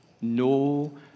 no